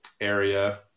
area